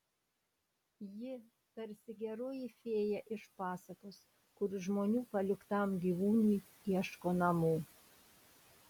ji tarsi geroji fėja iš pasakos kuri žmonių paliktam gyvūnui ieško namų